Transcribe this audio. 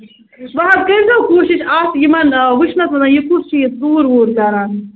وۅنۍ حظ کٔرۍزیٚو کوٗشِش اَتھ یِمَن وُچھنَس منٛز یہِ کُس چھُ یہِ ژوٗر ووٗر کران